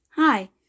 Hi